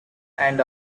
and